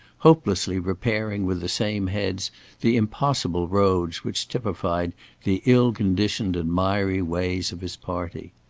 hopelessly repairing with the same heads the impossible roads which typified the ill-conditioned and miry ways of his party.